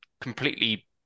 completely